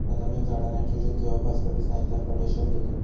प्राथमिक झाडा नायट्रोजन किंवा फॉस्फरस नायतर पोटॅशियम देतत